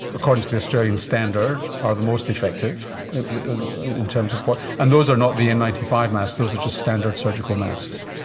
according to the australian standard, are the most effective in terms of what, and those are not the n nine five masks, those are just standard surgical masks.